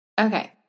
Okay